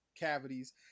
cavities